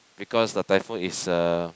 because the typhoon is a